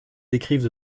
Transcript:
décrivent